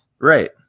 Right